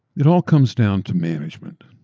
it all comes down to management.